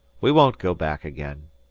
we won't go back again.